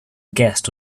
guest